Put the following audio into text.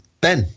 Ben